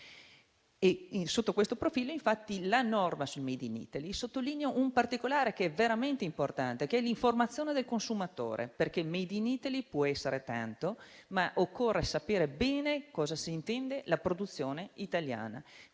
Sotto questo profilo, infatti, la norma sul *made in Italy* sottolinea un particolare veramente importante, l'informazione del consumatore, perché *made in Italy* può essere tanto, ma occorre sapere bene cosa si intende quando si parla di produzione italiana.